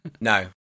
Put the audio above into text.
No